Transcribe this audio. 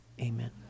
Amen